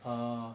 err